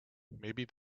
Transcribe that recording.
maybe